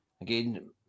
Again